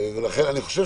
לכן אני חושב